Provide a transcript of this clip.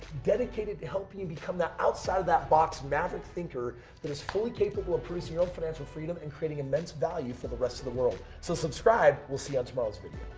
dedicated to helping become that outside of that box maverick thinker that is fully capable of producing your own financial freedom and creating immense value for the rest of the world. so, subscribe. we'll see you tomorrow's video.